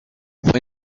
fue